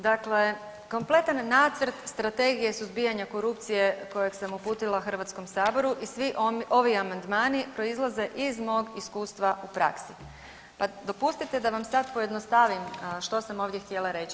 Dakle, kompletan nacrt Strategije suzbijanja korupcije kojeg sam uputila HS-u i svi ovi amandmani proizlaze iz mog iskustva u praksi pa dopustite da vam sad pojednostavim što sam ovdje htjela reći.